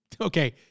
Okay